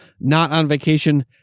not-on-vacation